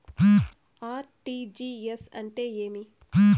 RTGS అంటే ఏమి?